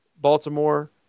Baltimore